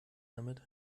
damit